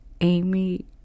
Amy